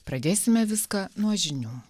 pradėsime viską nuo žinių